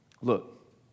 Look